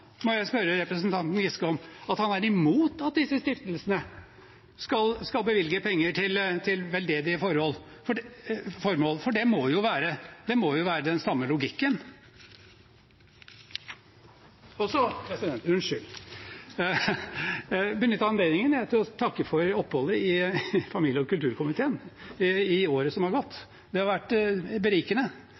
må jeg spørre representanten Giske om, at han er imot at disse stiftelsene skal bevilge penger til veldedige formål? Det må jo være den samme logikken. Jeg vil benytte anledningen til å takke for oppholdet i familie- og kulturkomiteen i året som har gått. Det har vært berikende